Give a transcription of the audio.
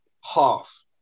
half